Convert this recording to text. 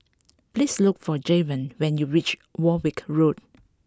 please look for Jevon when you reach Warwick Road